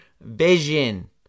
vision